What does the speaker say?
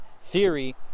theory